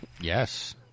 Yes